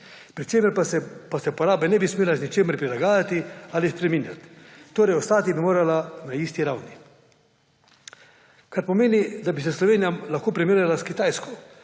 pri čemer pa se poraba ne bi smela z ničemer prilagajati ali spreminjati, torej ostati bi morala na isti ravni. To pomeni, da bi se Slovenija lahko primerjala s Kitajsko